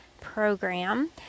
program